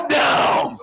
down